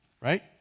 right